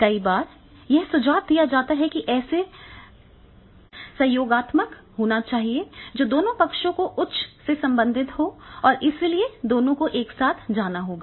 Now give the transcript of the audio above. कई बार यह सुझाव दिया जाता है कि ऐसा सहयोगात्मक होना चाहिए जो दोनों पक्षों को उच्च से संबंधित हो और इसलिए दोनों को एक साथ जाना होगा